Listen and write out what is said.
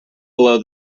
below